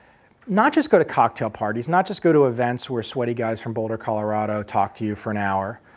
not just go to cocktail parties, not just go to events where sweaty guys from boulder, colorado talk to you for an hour,